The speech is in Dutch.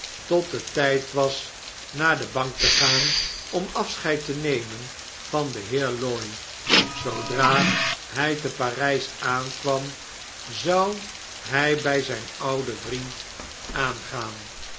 tot het tijd was naar de bank te gaan om afscheid te nemen van den heer lorry zoodra hj te p a r ij s aankwam zou hn bij zjjn ouden vriend aanga'an